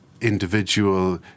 individual